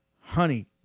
Honey